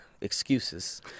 excuses